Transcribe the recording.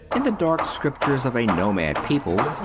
in the dark scriptures of a nomad people,